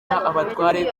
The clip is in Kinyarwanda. abatware